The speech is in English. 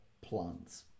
plants